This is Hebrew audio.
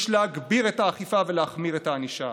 יש להגביר את האכיפה ולהחמיר את הענישה.